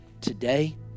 Today